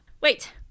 Wait